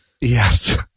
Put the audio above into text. Yes